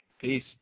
Peace